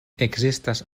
ekzistas